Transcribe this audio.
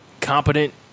competent